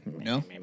No